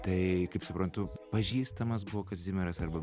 tai kaip suprantu pažįstamas buvo kazimieras arba